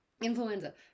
influenza